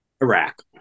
iraq